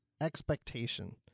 expectation